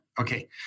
Okay